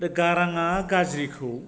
बे गाराङा गाज्रिखौ